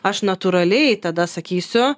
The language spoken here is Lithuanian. aš natūraliai tada sakysiu